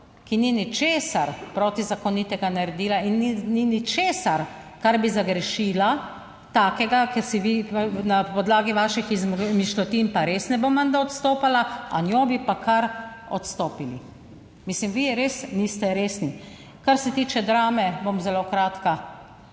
ki ni ničesar protizakonitega naredila in ni ničesar, kar bi zagrešila, takega, ker si vi na podlagi vaših izmišljotin pa res ne bo menda odstopala, a njo bi pa kar odstopili. Mislim, vi res niste resni. Kar se tiče drame, bom zelo kratka.